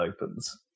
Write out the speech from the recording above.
opens